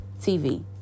TV